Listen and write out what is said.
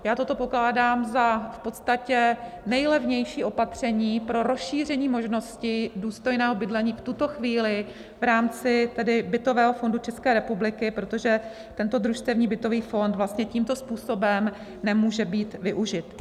Já toto pokládám za v podstatě nejlevnější opatření pro rozšíření možnosti důstojného bydlení v tuto chvíli v rámci bytového fondu České republiky, protože tento družstevní bytový fond vlastně tímto způsobem nemůže být využit.